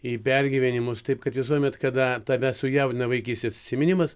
į pergyvenimus taip kad visuomet kada tave sujaudina vaikystės atsiminimas